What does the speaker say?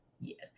Yes